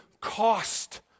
cost